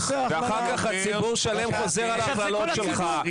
ואחר-כך, ציבור שלם חוזר על ההכללות שלך.